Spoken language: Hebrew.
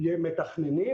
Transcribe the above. מתכננים,